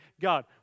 God